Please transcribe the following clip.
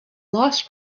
lost